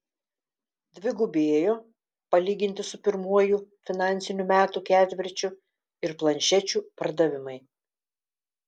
dvigubėjo palyginti su pirmuoju finansinių metų ketvirčiu ir planšečių pardavimai